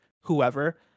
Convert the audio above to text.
whoever